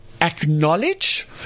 acknowledge